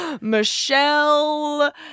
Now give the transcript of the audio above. Michelle